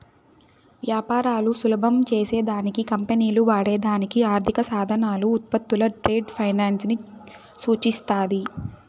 వ్యాపారాలు సులభం చేసే దానికి కంపెనీలు వాడే దానికి ఆర్థిక సాధనాలు, ఉత్పత్తులు ట్రేడ్ ఫైనాన్స్ ని సూచిస్తాది